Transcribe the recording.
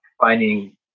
finding